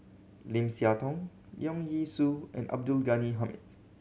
Lim Siah Tong Leong Yee Soo and Abdul Ghani Hamid